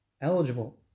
eligible